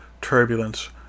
turbulence